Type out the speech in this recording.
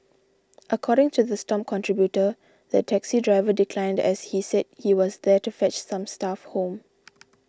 according to the Stomp contributor the taxi driver declined as he said he was there to fetch some staff home